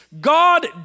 god